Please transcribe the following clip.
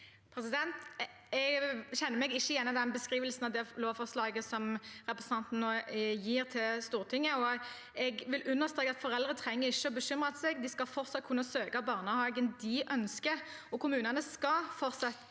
Jeg kjen- ner meg ikke igjen i den beskrivelsen av lovforslaget som representanten nå gir til Stortinget. Jeg vil understreke at foreldre ikke trenger å bekymre seg. De skal fortsatt kunne søke den barnehagen de ønsker, og kommunene skal fortsatt